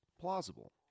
plausible